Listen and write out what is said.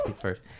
first